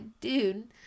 dude